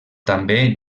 també